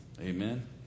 Amen